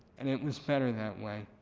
and it was better that way.